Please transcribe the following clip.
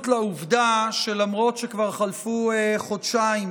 לעובדה שלמרות שכבר חלפו חודשיים